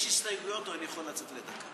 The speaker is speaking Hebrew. יש הסתייגויות או אני יכול לצאת לדקה?